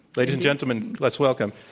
ladies and gentlemen, let's welcome